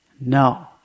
no